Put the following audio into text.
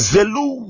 Zelu